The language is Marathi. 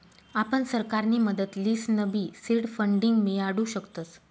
आपण सरकारनी मदत लिसनबी सीड फंडींग मियाडू शकतस